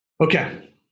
Okay